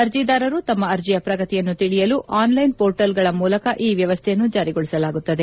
ಅರ್ಜಿದಾರರು ತಮ್ಮ ಅರ್ಜಿಯ ಪ್ರಗತಿಯನ್ನು ತಿಳಿಯಲು ಆನ್ಲೈನ್ ಪೋರ್ಟಲ್ಗಳ ಮೂಲಕ ಈ ವ್ಚವಸ್ವೆಯನ್ನು ಜಾರಿಗೊಳಿಸಲಾಗುತ್ತದೆ